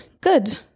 good